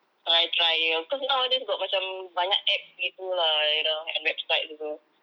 try try cause nowadays got macam banyak apps gitu lah you know and websites also